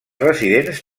residents